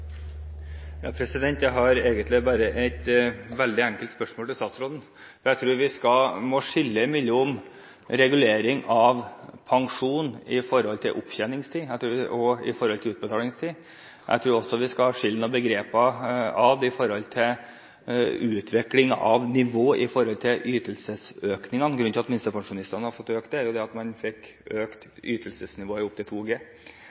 Jeg har egentlig bare et veldig enkelt spørsmål til statsråden. Jeg tror vi må skille mellom regulering av pensjonen når det gjelder opptjeningstid og utbetalingstid. Jeg tror også vi skal skille mellom noen begreper når det gjelder utvikling av nivå på ytelsesøkningene. Grunnen til at minstepensjonistene har fått en økning, er jo at man fikk økt ytelsesnivået opp til